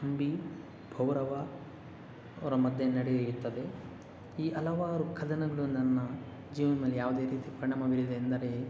ಅಂಬಿ ಪೌರವ ಅವರ ಮಧ್ಯೆ ನಡೆಯುತ್ತದೆ ಈ ಹಲವಾರು ಕದನಗಳು ನನ್ನ ಜೀವನದಲ್ಲಿ ಯಾವುದೆ ರೀತಿ ಪರಿಣಾಮ ಬೀರಿದೆ ಎಂದರೆ